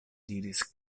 diris